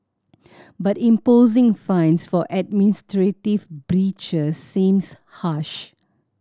but imposing fines for administrative breaches seems harsh